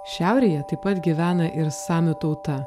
šiaurėje taip pat gyvena ir samių tauta